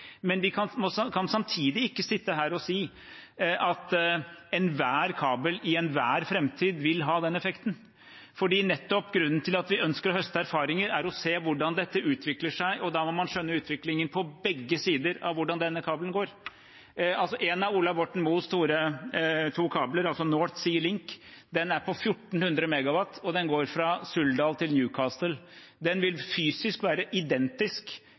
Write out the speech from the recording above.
kan vi ikke sitte her og si at enhver kabel i enhver framtid vil ha den effekten. Grunnen til at vi ønsker å høste erfaringer, er at man vil se hvordan dette utvikler seg, og da må man skjønne utviklingen på begge sider av hvordan denne kabelen går. En av Ola Borten Moes to store kabler, North Sea Link, er på 1 400 MW og går fra Suldal til Newcastle. Den vil fysisk være identisk